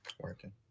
Working